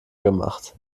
gemacht